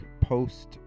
post